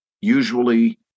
Usually